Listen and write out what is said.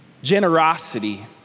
Generosity